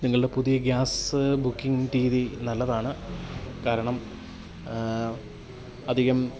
നിങ്ങളുടെ പുതിയ gas booking രീതി നല്ലതാണ് കാരണം അധികം